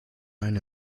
eine